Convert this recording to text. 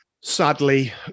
sadly